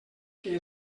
que